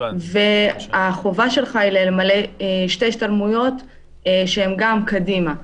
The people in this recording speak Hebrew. והחובה שלך היא למלא שתי השתלמויות שהן גם קדימה.